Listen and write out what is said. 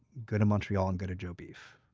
go to montreal and go to joe beef.